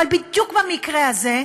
בדיוק במקרה הזה,